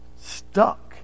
stuck